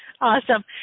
Awesome